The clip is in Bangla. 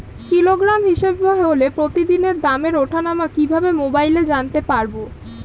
কিলোগ্রাম হিসাবে হলে প্রতিদিনের দামের ওঠানামা কিভাবে মোবাইলে জানতে পারবো?